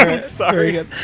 sorry